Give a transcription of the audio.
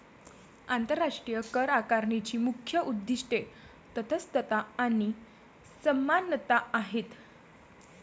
आंतरराष्ट्रीय करआकारणीची मुख्य उद्दीष्टे तटस्थता आणि समानता आहेत